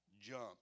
jump